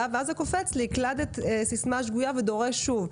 וקופצת לי הודעה שהקלדתי סיסמה שגויה ושאקליד שוב.